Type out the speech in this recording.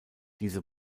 diese